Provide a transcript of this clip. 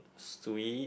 sweet